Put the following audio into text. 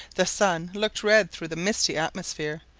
the sun looked red through the misty atmosphere,